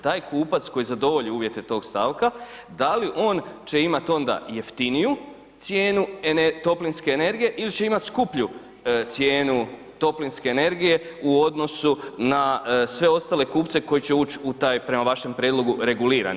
Taj kupac koji zadovolji uvjete tog stavka, da li on će imati onda jeftiniju cijenu toplinske energije ili će imati skuplju cijenu toplinske energije u odnosu na sve ostale kupce koji će ući u taj prema vašem prijedlogu regulirani dio.